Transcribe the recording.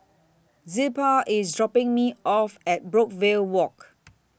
Zilpah IS dropping Me off At Brookvale Walk